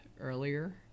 earlier